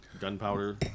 gunpowder